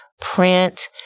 print